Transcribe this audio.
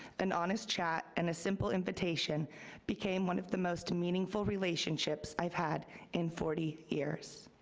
an honest chat and a simple invitation became one of the most meaningful relationships i've had in forty years.